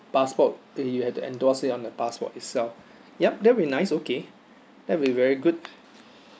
passport the you have to endorse it on the passport itself yup that'll be nice okay that'll be very good